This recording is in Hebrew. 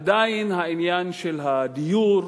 עדיין העניין של הדיור,